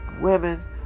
women